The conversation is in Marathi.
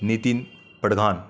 नितीन पडघान